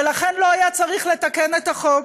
לכן לא היה צריך לתקן את החוק.